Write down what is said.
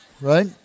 right